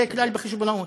זה כלל בחשבונאות.